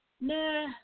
nah